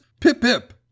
PIP-PIP